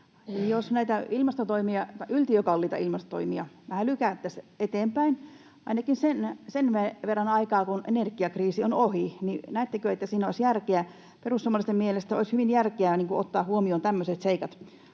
— yltiökalliita ilmastotoimia — vähän lykättäisiin eteenpäin, ainakin sen verran aikaa, kunnes energiakriisi on ohi? Näettekö, että siinä olisi järkeä? Perussuomalaisten mielestä olisi hyvin järkevää ottaa